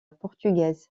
portugaise